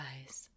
eyes